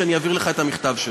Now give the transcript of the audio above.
ואני אעביר לך את המכתב שלו.